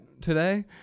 today